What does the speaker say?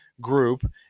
group